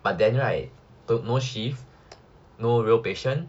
but then right no shift no real patient